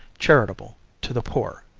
charitable to the poor!